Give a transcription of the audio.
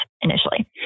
initially